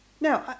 Now